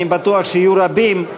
אני בטוח שיהיו רבים: